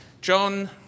john